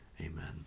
Amen